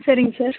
சரிங்க சார்